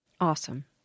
Awesome